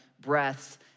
breaths